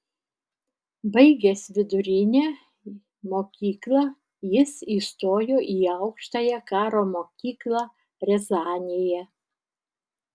baigęs vidurinę mokyklą jis įstojo į aukštąją karo mokyklą riazanėje